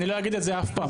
אני לא אגיד את זה אף פעם.